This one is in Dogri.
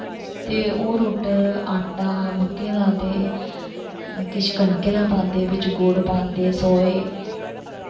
ते ओह् रुट्ट आटा मक्कें दा ते किश कनके दा पांदे बिच्च गुड़ पांदे सोए